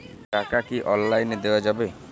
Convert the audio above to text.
টাকা কি অনলাইনে দেওয়া যাবে?